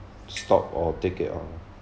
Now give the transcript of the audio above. stop or take it ah